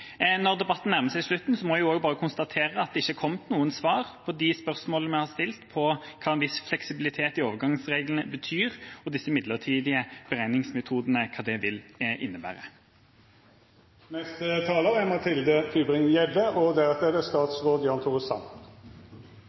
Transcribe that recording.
Når debatten nærmer seg slutten, må jeg bare konstatere at det ikke har kommet noen svar på de spørsmålene vi har stilt angående hva «en viss fleksibilitet» i overgangsreglene betyr, og hva disse midlertidige beregningsmetodene vil innebære. Jeg ønsker å avslutte debatten med å kommentere noen påstander som har dukket opp de siste minuttene. Representanten Arnstad er